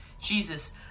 Jesus